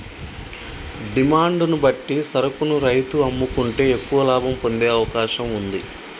demand ను బట్టి సరుకును రైతు అమ్ముకుంటే ఎక్కువ లాభం పొందే అవకాశం వుంది